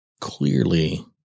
Clearly